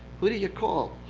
who do you call?